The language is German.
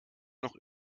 noch